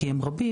כי הם רבים.